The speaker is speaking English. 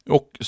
Och